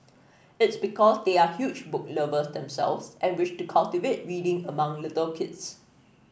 it's because they are huge book lovers themselves and wish to cultivate reading among little kids